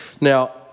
Now